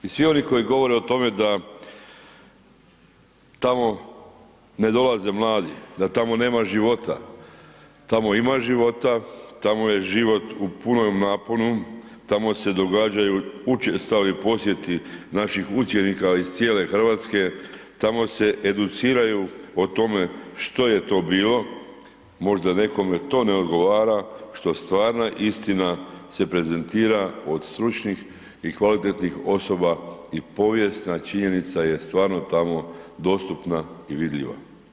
I svi oni koji govore o tome da tamo ne dolaze mladi, da tmo nema života, tamo ima života, tamo je život u punom naponu, tamo se događaju učestali posjeti naših učenika iz cijele Hrvatske, tamo se educiraju o tome što je to bilo, možda nekome to ne odgovara što stvarna istina se prezentira od stručnih i kvalitetnih osoba i povijesna činjenica je stvarno tamo dostupna i vidljiva.